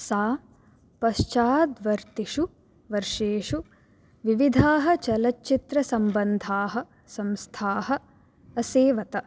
सा पश्चाद्वर्तिषु वर्षेषु विविधाः चलचित्रसम्बन्धाः संस्थाः असेवत